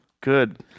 Good